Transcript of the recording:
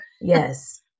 Yes